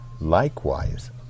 likewise